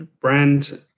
brand